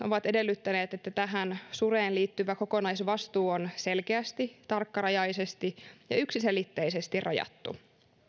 ovat edellyttäneet että sureen liittyvä kokonaisvastuu on selkeästi tarkkarajaisesti ja yksiselitteisesti rajattu